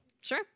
Sure